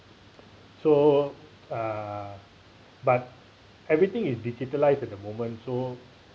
so uh but everything is digitalised at the moment so